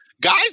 guy's